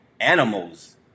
animals